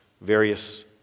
various